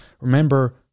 remember